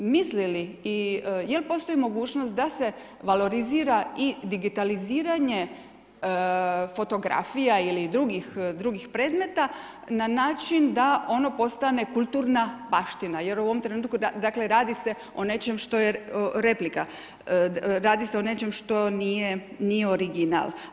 Misli li i jel postoji mogućnost da se valorizira i digitaliziranje fotografija ili drugih predmeta na način da ono postane kulturna baština jer u ovom trenutku dakle radi se o nečem što je replika, radi se o nečem što nije original.